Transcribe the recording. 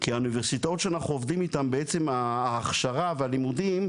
כי האוניברסיטאות שאנחנו עובדים איתם בעצם ההכשרה והלימודים,